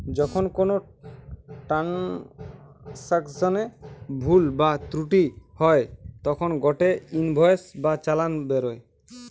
যখন কোনো ট্রান্সাকশনে ভুল বা ত্রুটি হই তখন গটে ইনভয়েস বা চালান বেরোয়